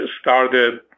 started